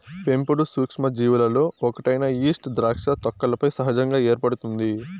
పెంపుడు సూక్ష్మజీవులలో ఒకటైన ఈస్ట్ ద్రాక్ష తొక్కలపై సహజంగా ఏర్పడుతుంది